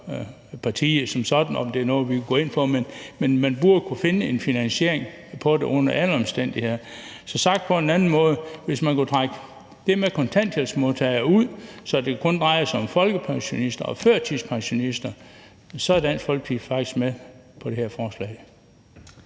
partiet som sådan, om det er noget, vi kan gå ind for, men man burde kunne finde en finansiering af det under alle omstændigheder. Så sagt på en anden måde: Hvis man kunne trække kontanthjælpsmodtagere ud, så det kun drejer sig om folkepensionister og førtidspensionister, så er Dansk Folkeparti faktisk med på det her forslag.